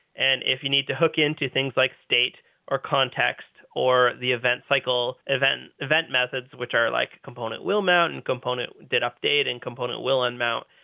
and if you need to hook into things like state or context or the event cycle event, event methods which are like component will mount and component did update and component will un-mount.